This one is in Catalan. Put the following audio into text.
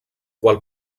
qual